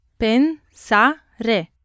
pensare